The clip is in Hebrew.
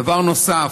דבר נוסף,